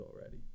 already